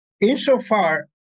Insofar